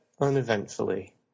uneventfully